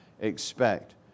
expect